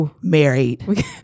married